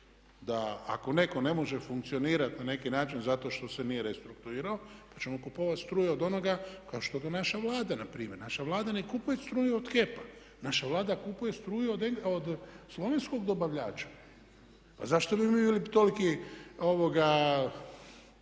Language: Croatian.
da ako netko ne može funkcionirati na neki način zato što se nije restrukturirao pa ćemo kupovati struju od onoga kao što to naša Vlada na primjer. Naša Vlada ne kupuje struju od HEP-a, naša Vlada kupuje struju od slovenskog dobavljača. Pa zašto bi mi bili toliki